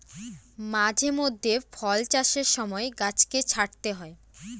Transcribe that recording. মাঝে মধ্যে ফল চাষের সময় গাছকে ছাঁটতে হয়